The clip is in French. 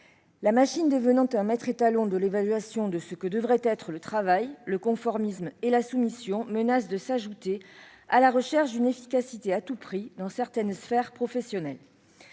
La machine devenant le mètre étalon de l'évaluation de ce que devrait être le travail, le conformisme et la soumission menacent de s'ajouter à la recherche de l'efficacité à tout prix dans certaines sphères professionnelles.